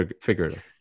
figurative